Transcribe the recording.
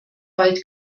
bald